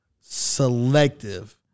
selective